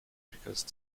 because